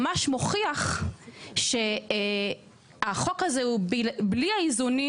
ממש מוכיח שהחוק הזה הוא בלי האיזונים